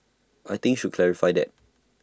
I think should clarify that